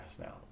now